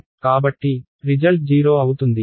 కాబట్టి రిజల్ట్ 0 అవుతుంది